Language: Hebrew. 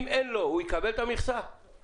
עם חילוקי הדעות בין ועדת הכלכלה לבין מועצת הלול והאוצר